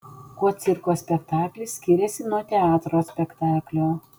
kuo cirko spektaklis skiriasi nuo teatro spektaklio